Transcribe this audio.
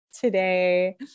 today